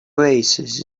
oasis